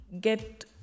get